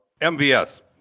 mvs